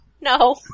No